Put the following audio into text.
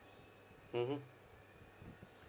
mmhmm